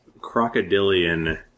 crocodilian